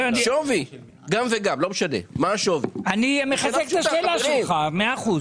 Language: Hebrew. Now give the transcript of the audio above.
חייבים להושיט יד ולא לחכות ל-2024 כי אז זה כבר יכול להיות מאוחר מדי.